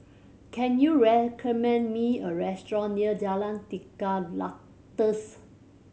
can you recommend me a restaurant near Jalan Tiga Ratus